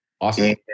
Awesome